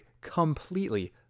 completely